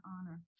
honor